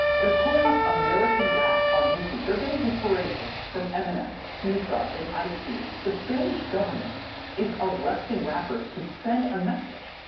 they're pulling up american rap on youtube. they're getting inspiration from eminem, snoop dogg and ice-t. the the spanish government is arresting rappers to send a message.